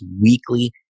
weekly